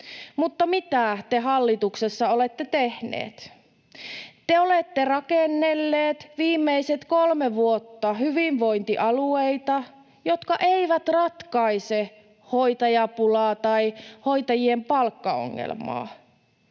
mutta mitä te hallituksessa olette tehneet? Te olette rakennelleet viimeiset kolme vuotta hyvinvointialueita, jotka eivät ratkaise hoitajapulaa tai hoitajien palkkaongelmaa.